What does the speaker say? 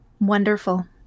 Wonderful